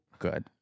good